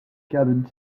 gathered